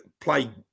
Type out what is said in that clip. play